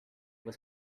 was